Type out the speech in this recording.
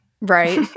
Right